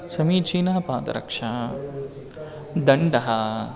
समीचीना पादरक्षा दण्डः